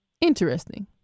Interesting